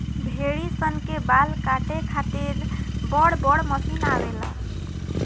भेड़ी सन के बाल काटे खातिर बड़ बड़ मशीन आवेला